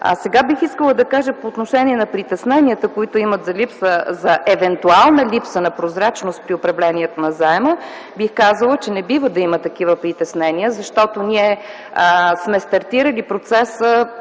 социално включване. По отношение на притесненията, които имат за евентуална липса на прозрачност при управлението на заема. Бих казала, че не бива да има такива притеснения, защото ние сме стартирали процеса